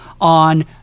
on